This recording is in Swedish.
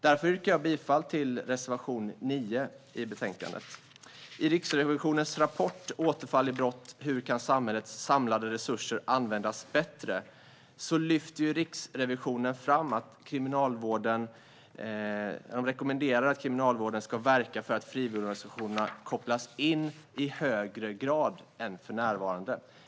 Därför yrkar jag bifall till reservation 9 i betänkandet. I Riksrevisionens rapport Återfall i brott - hur kan samhällets samlade resurser användas bättre? rekommenderar Riksrevisionen att Kriminalvården ska verka för att frivilligorganisationerna kopplas in i högre grad än för närvarande.